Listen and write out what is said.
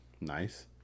Nice